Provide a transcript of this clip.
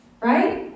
Right